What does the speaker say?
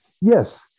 yes